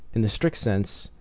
in the strict sense,